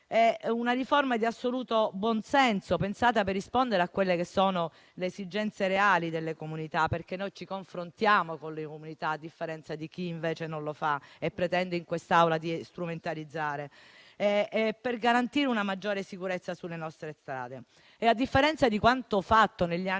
di una riforma di assoluto buonsenso, pensata per rispondere alle esigenze reali delle comunità - perché noi ci confrontiamo con le comunità, a differenza di chi invece non lo fa e pretende in quest'Aula di strumentalizzare - e per garantire una maggiore sicurezza sulle nostre strade. A differenza di quanto fatto negli anni